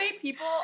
people